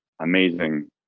amazing